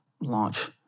launch